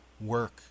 work